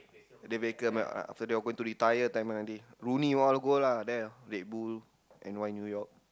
David-Beckham uh after they're going to retire time lah they Rooney all go lah there Redbull N_Y New York